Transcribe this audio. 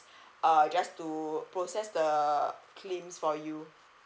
err just to process the claims for you